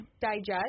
digest